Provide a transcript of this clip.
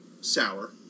sour